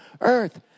earth